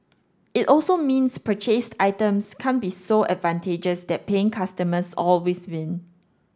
it also means purchased items can't be so advantageous that paying customers always win